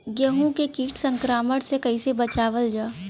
गेहूँ के कीट संक्रमण से कइसे बचावल जा?